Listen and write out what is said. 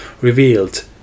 revealed